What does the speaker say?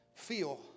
feel